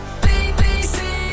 BBC